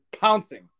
pouncing